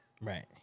Right